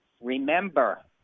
Remember